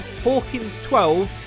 HAWKINS12